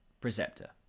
preceptor